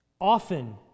Often